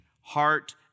heart